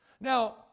Now